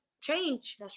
change